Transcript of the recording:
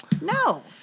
no